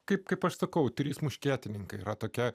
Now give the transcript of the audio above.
kaip kaip aš sakau trys muškietininkai yra tokia